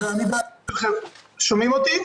עכשיו שומעים אותי?